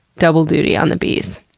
double duty on the bees.